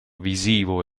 visivo